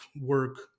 work